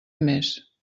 més